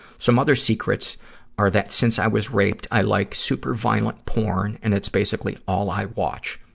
some other secrets are that, since i was raped, i like super-violent porn, and it's basically all i watch.